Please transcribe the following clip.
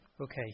Okay